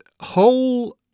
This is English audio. whole